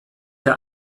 der